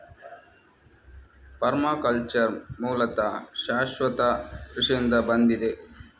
permaculture ಮೂಲತಃ ಶಾಶ್ವತ ಕೃಷಿಯಿಂದ ಬಂದಿದೆ